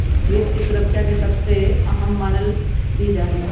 वित्त के सुरक्षा के सबसे अहम मानल भी जा हई